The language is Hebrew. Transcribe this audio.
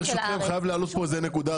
ברשותכם, אני חייב להעלות כאן נקודה.